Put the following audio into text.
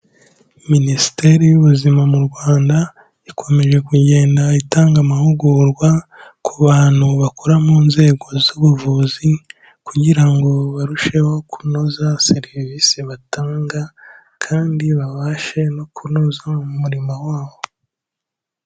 Minisiteri y'ubuzima m'u Rwanda ikomeje kugenda itanga amahugurwa ku bantu bakora mu nzego z'ubuvuzi, kugira ngo barusheho kunoza serivisi batanga kandi babashe no kunoza umurimo wabo.